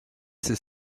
this